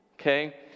okay